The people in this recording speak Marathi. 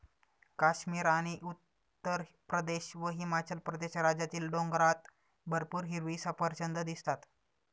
काश्मीर आणि उत्तरप्रदेश व हिमाचल प्रदेश राज्यातील डोंगरात भरपूर हिरवी सफरचंदं दिसतात